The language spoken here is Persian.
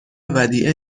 ودیعه